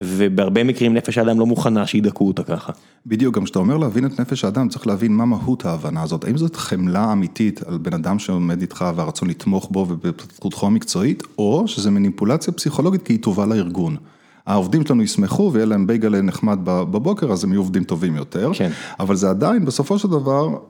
ובהרבה מקרים נפש אדם לא מוכנה שידכאו אותה ככה. בדיוק, גם כשאתה אומר להבין את נפש אדם צריך להבין מה מהות ההבנה הזאת, האם זאת חמלה אמיתית על בן אדם שעומד איתך והרצון לתמוך בו ובהתפתחותו המקצועית, או שזה מניפולציה פסיכולוגית כי היא טובה לארגון. העובדים שלנו יסמכו ויהיה להם בייגלה נחמד בבוקר אז הם יהיו עובדים טובים יותר. כן. אבל זה עדיין בסופו של דבר